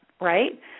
right